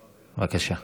בבקשה.